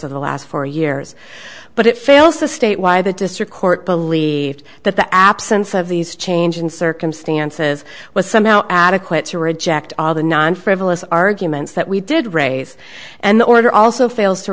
of the last four years but it fails to state why the district court believed that the absence of these change in circumstances was somehow adequate to reject all the non frivolous arguments that we did raise and the order also fails to